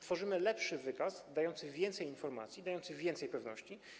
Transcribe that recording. Tworzymy lepszy wykaz, dający więcej informacji, dający więcej pewności.